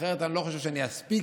אחרת אני לא חושב שאני אספיק